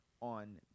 on